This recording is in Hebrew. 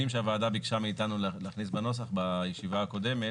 שהוועדה ביקשה מאיתנו להכניס בנוסח בישיבה הקודמת.